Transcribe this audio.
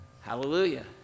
Hallelujah